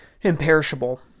imperishable